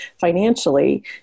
financially